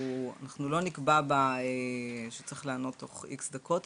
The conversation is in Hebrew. אנחנו לא נקבע שצריך לענות בה בתוך X דקות,